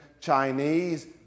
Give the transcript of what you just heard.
Chinese